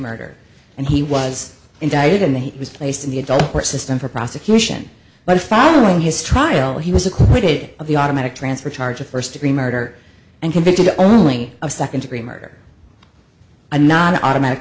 murder and he was indicted in the he was placed in the adult court system for prosecution but following his trial he was acquitted of the automatic transfer charge of first degree murder and convicted to only of second degree murder and not an automatic